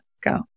go